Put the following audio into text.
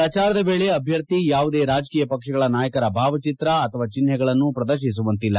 ಪ್ರಚಾರದ ವೇಳೆ ಅಭ್ಯರ್ಥಿ ಯಾವುದೇ ರಾಜಕೀಯ ಪಕ್ಷಗಳ ನಾಯಕರ ಭಾವಚಿತ್ರ ಅಥವಾ ಚಿಹ್ನೆಗಳನ್ನು ಪ್ರದರ್ಶಿಸುವಂತಿಲ್ಲ